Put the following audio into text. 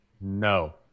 No